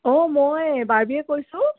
মই বাৰ্বিএ কৈছোঁ